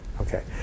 Okay